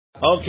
Okay